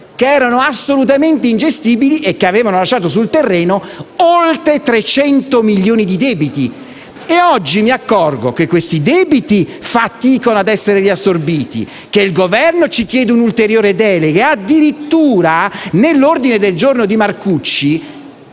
che erano assolutamente ingestibili e che avevano lasciato sul terreno oltre 300 milioni di debiti. Oggi mi accorgo che questi debiti faticano ad essere riassorbiti, che il Governo ci chiede un'ulteriore delega e che addirittura nell'ordine del giorno del